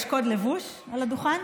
יש קוד לבוש על הדוכן?